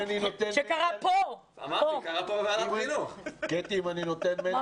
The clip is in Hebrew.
הארץ שאנחנו יודעים שרוב השבוע הילדים הולכים להישאר בבית